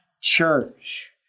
church